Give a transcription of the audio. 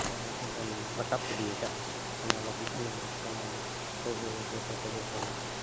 ᱵᱚᱱ ᱨᱟᱠᱟᱵ ᱤᱫᱤᱭᱟᱠᱟᱫᱼᱟ ᱚᱱᱟ ᱞᱟᱹᱜᱤᱫ ᱢᱟᱱᱮ ᱥᱟᱱᱟᱢ ᱠᱚᱜᱮ ᱡᱚᱛᱚ ᱠᱚᱜᱮ ᱵᱚᱱ